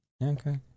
Okay